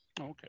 Okay